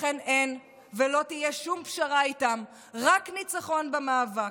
לכן אין ולא תהיה שום פשרה איתם, רק ניצחון במאבק.